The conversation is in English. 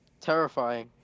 terrifying